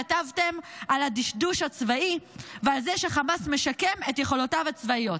כתבתם על הדשדוש הצבאי ועל זה שחמאס משקם את יכולותיו הצבאיות,